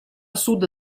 sud